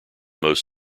most